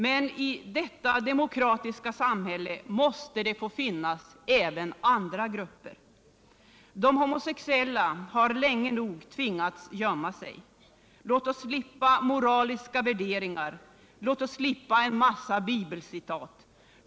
Men i detta demokratiska samhälle måste det få finnas även andra grupper. De homosexuella har länge nog tvingats gömma sig. Låt oss slippa moraliska värderingar och en massa bibelcitat.